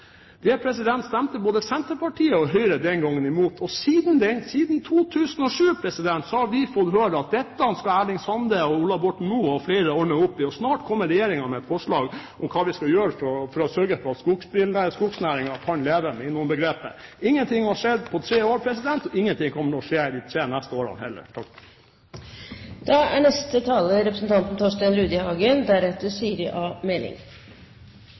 stemte både Senterpartiet og Høyre den gangen imot. Siden 2007 har vi fått høre at dette skal Erling Sande, Ola Borten Moe og flere ordne opp i, og at regjeringen snart kommer med forslag om hva vi skal gjøre for å sørge for at skogbruksnæringen kan leve. Ingenting har skjedd på tre år, og ingenting kommer til å skje de neste tre årene heller. Det er